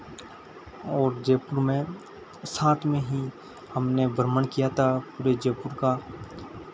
और जयपुर में साथ में ही हमने भ्रमण किया था पूरे जयपुर का